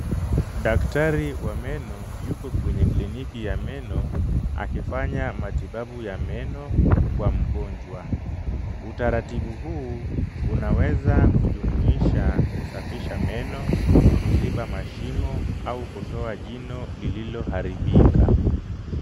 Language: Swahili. Daktari wa meno yuko kwenye kliniki ya meno akifanya matibabu ya meno kwa mgonjwa. Utaratibu huu unaweza kujumuisha kusafisha meno, kuziba mashimo au kutoa jino lililoharibika.